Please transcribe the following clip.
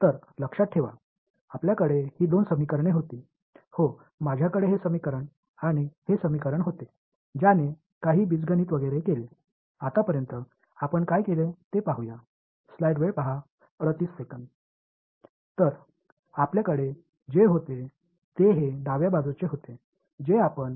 எனவே இந்த இரண்டு சமன்பாடுகளும் நம்மிடம் இருந்தன என்பதை நினைவில் கொள்க இந்த சமன்பாட்டையும் இந்த சமன்பாட்டையும் நான் கொண்டிருந்தேன் இது கழித்தபோது சில அல்ஜிப்ரா மற்றும் பலவற்றைச் செய்தது